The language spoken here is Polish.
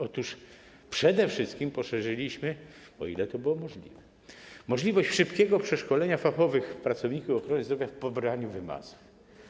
Otóż przede wszystkim poszerzyliśmy, o ile to było możliwe, możliwość szybkiego przeszkolenia fachowych pracowników ochrony zdrowia w pobieraniu wymazu.